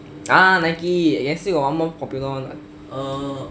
ah nike 也是有 one more popular one